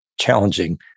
challenging